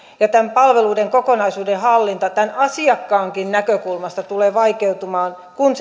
ja palveluiden kokonaisuuden hallinta asiakkaankin näkökulmasta tulee vaikeutumaan kun